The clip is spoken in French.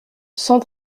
cent